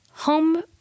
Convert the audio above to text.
home